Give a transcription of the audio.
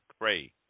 pray